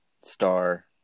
star